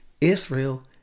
Israel